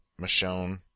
Michonne